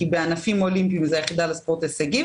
כי בענפים אולימפיים זה היחידה לספורט הישגי,